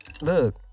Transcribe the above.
look